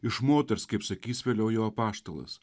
iš moters kaip sakys vėliau jo apaštalas